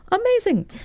amazing